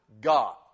God